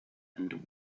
and